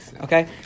Okay